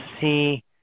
see